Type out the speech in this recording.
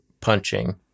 punching